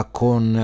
con